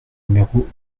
numéro